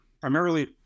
primarily